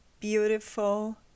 beautiful